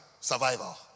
survival